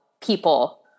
people